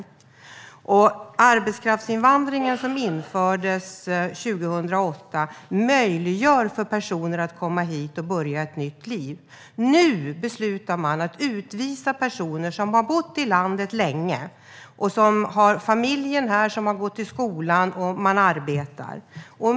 Den lag om arbetskraftsinvandring som infördes 2008 möjliggör för personer att komma hit och börja ett nytt liv. Nu beslutar man dock att utvisa personer som har bott i landet länge, som arbetar och som har familjen här med barn som går i skolan.